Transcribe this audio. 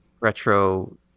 retro